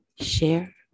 share